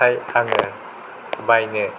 थाय आङो बायनो